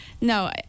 no